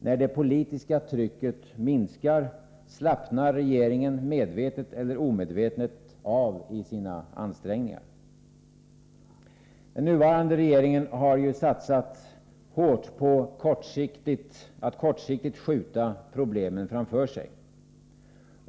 När det politiska trycket minskar slappnar regeringen medvetet eller omedvetet av i sina ansträngningar. Den nuvarande regeringen har satsat hårt på att kortsiktigt skjuta problemen framför sig.